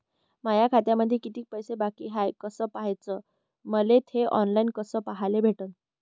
माया खात्यामंधी किती पैसा बाकी हाय कस पाह्याच, मले थे ऑनलाईन कस पाह्याले भेटन?